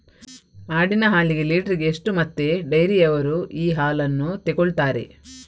ಆಡಿನ ಹಾಲಿಗೆ ಲೀಟ್ರಿಗೆ ಎಷ್ಟು ಮತ್ತೆ ಡೈರಿಯವ್ರರು ಈ ಹಾಲನ್ನ ತೆಕೊಳ್ತಾರೆ?